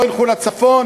לא ילכו לצפון,